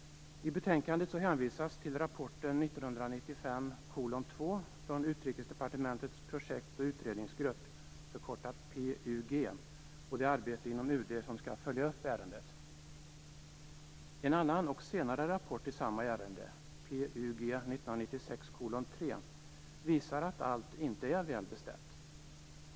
PUG - och arbetet med att följa ärendet inom UD. En annan och senare rapport i samma ärende - PUG 1996:3 - visar att allt inte är väl beställt.